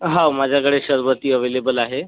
हो माझ्याकडे शरबती अवेलेबल आहे